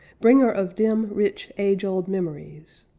bringer of dim, rich, age-old memories.